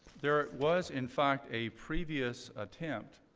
there was, in fact, a previous attempt